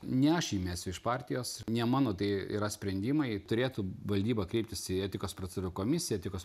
ne aš jį mesiu iš partijos ne mano tai yra sprendimai turėtų valdyba kreiptis į etikos procerų komisiją etikos